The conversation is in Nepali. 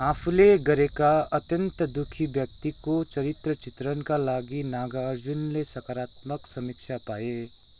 आफूले गरेको अत्यन्त दुखी व्यक्तिको चरित्रचित्रणका लागि नागार्जुनले सकारात्मक समीक्षा पाए